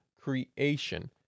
creation